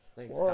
Thanks